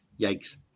Yikes